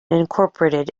incorporated